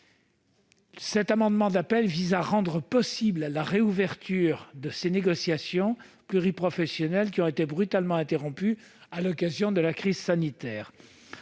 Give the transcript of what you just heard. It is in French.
Cet amendement d'appel vise à rendre possible la réouverture de ces négociations pluriprofessionnelles, brutalement interrompues du fait de la crise sanitaire.